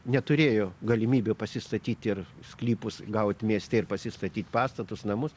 neturėjo galimybių pasistatyt ir sklypus gaut mieste ir pasistatyt pastatus namus